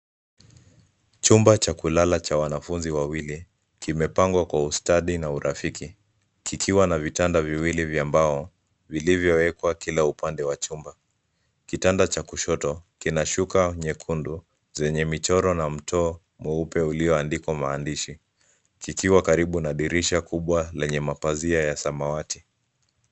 Chumba cha kulala cha wanafunzi wawili kimepangwa kwa ustadi na urafiki, kikiwa na vitanda viwili vya mbao vilivyowekwa kila upande wa chumba. Kitanda cha kushoto kina shuka nyekundu zenye michoro na mto mweupe ulioandikwa maandishi kikiwa karibu na dirisha kubwa lenye mapazia ya samawati.